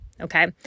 okay